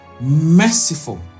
merciful